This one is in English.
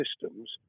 systems